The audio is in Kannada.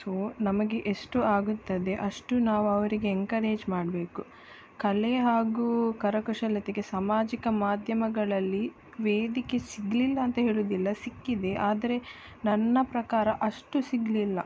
ಸೊ ನಮಗೆ ಎಷ್ಟು ಆಗುತ್ತದೆ ಅಷ್ಟು ನಾವು ಅವರಿಗೆ ಎನ್ಕರೇಜ್ ಮಾಡಬೇಕು ಕಲೆ ಹಾಗೂ ಕರಕುಶಲತೆಗೆ ಸಾಮಾಜಿಕ ಮಾಧ್ಯಮಗಳಲ್ಲಿ ವೇದಿಕೆ ಸಿಗಲಿಲ್ಲಾಂತ ಹೇಳೋದಿಲ್ಲ ಸಿಕ್ಕಿದೆ ಆದರೆ ನನ್ನ ಪ್ರಕಾರ ಅಷ್ಟು ಸಿಗಲಿಲ್ಲ